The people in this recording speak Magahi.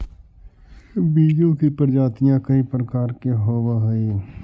बीजों की प्रजातियां कई प्रकार के होवअ हई